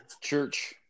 church